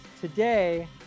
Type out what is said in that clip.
Today